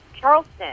Charleston